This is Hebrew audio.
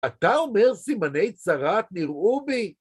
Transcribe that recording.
אתה אומר: סימני צרעת נראו בי